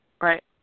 Right